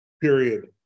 period